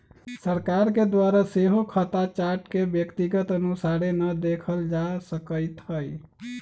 सरकार के द्वारा सेहो खता चार्ट के व्यक्तिगत अनुसारे न देखल जा सकैत हइ